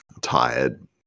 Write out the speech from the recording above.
tired